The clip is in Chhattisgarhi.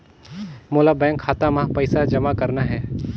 मोला बैंक खाता मां पइसा जमा करना हे?